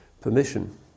permission